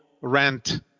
rent